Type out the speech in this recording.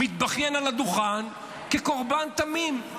מתבכיין על הדוכן כקורבן תמים.